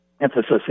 emphasis